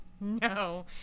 No